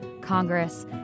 Congress